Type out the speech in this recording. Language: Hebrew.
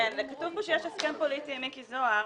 כתוב פה שיש הסכם פוליטי עם מיקי זוהר